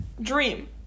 dream